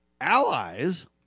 allies